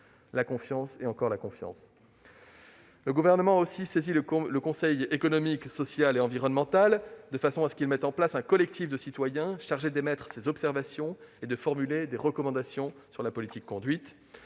la confiance est un élément très important ! Le Gouvernement a aussi saisi le Conseil économique, social et environnemental, le CESE, pour mettre en place un collectif de citoyens chargé d'émettre des observations et de formuler des recommandations sur la politique conduite.